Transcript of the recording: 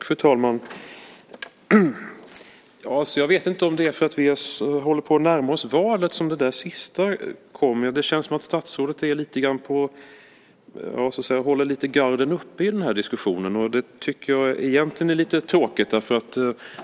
Fru talman! Jag vet inte om det är för att vi håller på att närma oss valet som det där sista kom. Det känns som att statsrådet lite grann håller garden uppe i den här diskussionen, och det tycker jag egentligen är lite tråkigt.